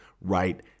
right